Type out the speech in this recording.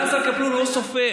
לזר קפלון הוא לא סופר.